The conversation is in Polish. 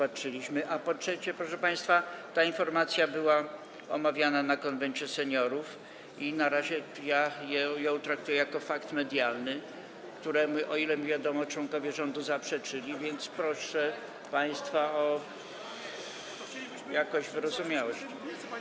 A po trzecie, proszę państwa, ta informacja była omawiana na posiedzeniu Konwentu Seniorów i na razie ja ją traktuję jako fakt medialny, któremu, o ile mi wiadomo, członkowie rządu zaprzeczyli, więc proszę państwa o jakąś wyrozumiałość.